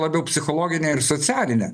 labiau psichologine ir socialine